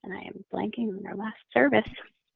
and i'm blanking on your last service.